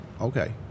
Okay